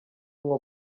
nko